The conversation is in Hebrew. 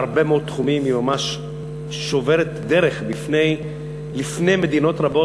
בהרבה מאוד תחומים היא ממש שוברת דרך לפני מדינות רבות,